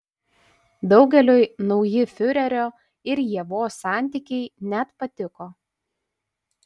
daugeliui nauji fiurerio ir ievos santykiai net patiko